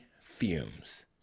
fumes